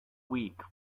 weak